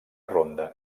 ronda